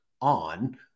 on